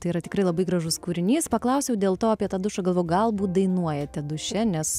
tai yra tikrai labai gražus kūrinys paklausiau dėl to apie tą dušą galbūt dainuojate duše nes